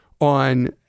on